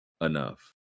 enough